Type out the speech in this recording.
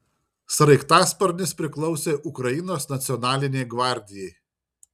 sraigtasparnis priklausė ukrainos nacionalinei gvardijai